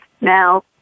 Now